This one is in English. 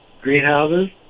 greenhouses